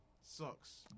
sucks